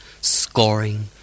scoring